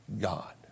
God